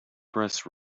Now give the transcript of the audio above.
press